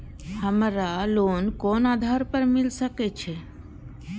हमरा लोन कोन आधार पर मिल सके छे?